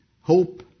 hope